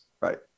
right